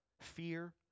fear